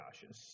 cautious